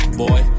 boy